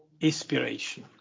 inspiration